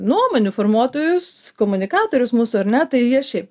nuomonių formuotojus komunikatorius mūsų ar ne tai jie šiaip